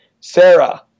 Sarah